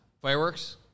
Fireworks